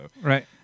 right